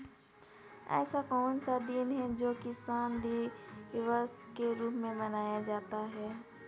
ऐसा कौन सा दिन है जो किसान दिवस के रूप में मनाया जाता है?